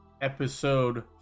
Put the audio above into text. episode